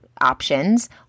options